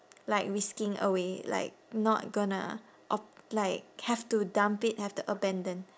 like risking away like not gonna of~ like have to dump it have to abandon